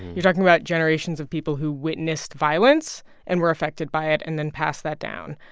you're talking about generations of people who witnessed violence and were affected by it and then pass that down.